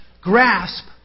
grasp